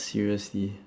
seriously